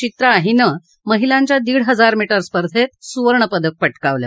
चित्रा हीनं महिलांच्या दीड हजार मीटर स्पर्धेत सुवर्ण पदक पटकावलं